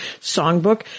songbook